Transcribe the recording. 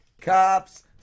cops